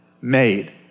made